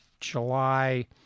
July